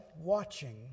watching